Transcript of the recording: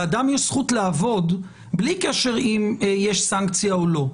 לאדם יש זכות לעבוד בלי קשר אם יש סנקציה או לא.